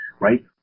right